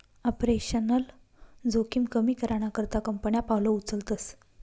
operational जोखिम कमी कराना करता कंपन्या पावलं उचलतस